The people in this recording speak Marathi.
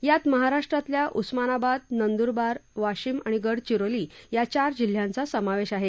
यात महाराष्ट्रातील उस्मानाबाद नंदुरबार वाशिम आणि गडचिरोली या चार जिल्ह्यांचा समावेश आहे